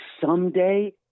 someday